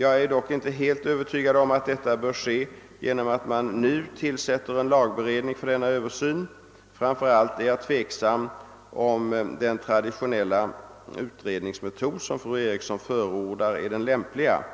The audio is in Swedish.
Jag är dock inte helt övertygad om att detta bör ske genom att man nu tillsätter en lagberedning för denna översyn. Framför allt är jag tveksam om den traditionella utredningsmetod som fru Eriksson förordar är den lämpliga.